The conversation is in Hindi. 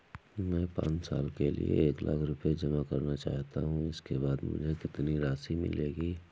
मैं पाँच साल के लिए एक लाख रूपए जमा करना चाहता हूँ इसके बाद मुझे कितनी राशि मिलेगी?